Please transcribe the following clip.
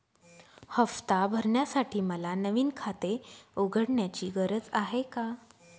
हफ्ता भरण्यासाठी मला नवीन खाते उघडण्याची गरज आहे का?